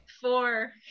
four